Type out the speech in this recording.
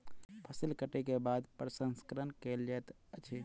फसिल कटै के बाद प्रसंस्करण कयल जाइत अछि